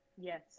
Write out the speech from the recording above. Yes